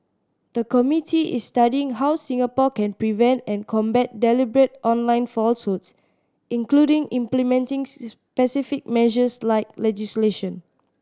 the committee is studying how Singapore can prevent and combat deliberate online falsehoods including implementing specific measures like legislation